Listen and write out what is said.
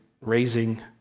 raising